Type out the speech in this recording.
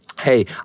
Hey